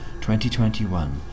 2021